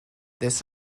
this